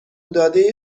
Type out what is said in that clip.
داده